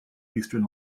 eastern